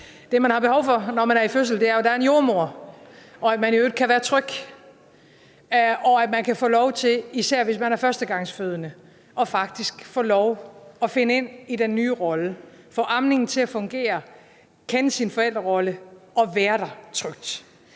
Det, man har behov for, når man er i fødsel, er, at der er en jordemoder, at man i øvrigt kan være tryg, og at man kan få lov til, især hvis man er førstegangsfødende, faktisk at finde ind i den nye rolle, få amningen til at fungere, kende sin forældrerolle og være der trygt.